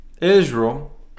Israel